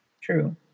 true